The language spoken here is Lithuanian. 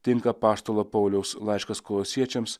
tinka apaštalo pauliaus laiškas kolosiečiams